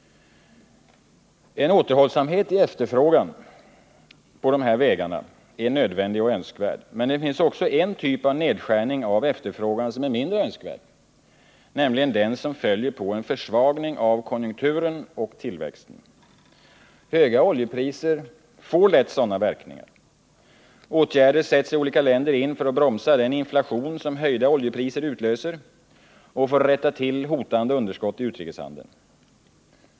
En återhållsamhet i efterfrågan på dessa vägar är nödvändig och önskvärd. Men det finns också en typ av nedskärning av efterfrågan som är mindre önskvärd, nämligen den som följer på en försvagning av konjunkturen och tillväxten. Höga oljepriser får lätt sådana verkningar. Åtgärder sätts in i olika länder för att bromsa den inflation som höjda oljepriser utlöser och för att rätta till hotande underskott i utrikeshandeln.